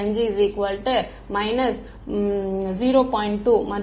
2 மற்றும் 25 0